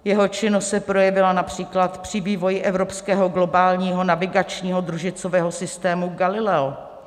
Jeho činnost se projevila například při vývoji evropského globálního navigačního družicového systému Galileo.